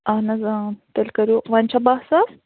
اَہَن حظ تیٚلہِ کٔرِو وۅنۍ چھا باہ ساس